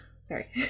Sorry